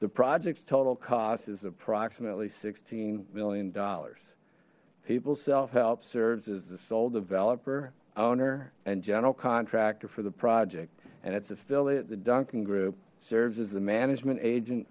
the project's total cost is approximately sixteen million dollars people self help serves as the sole developer owner and general contractor for the project and its affiliate the duncan group serves as the management agent